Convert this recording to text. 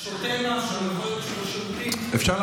עכשיו,